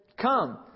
Come